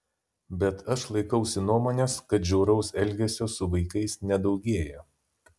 bet aš laikausi nuomonės kad žiauraus elgesio su vaikais nedaugėja